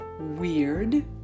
weird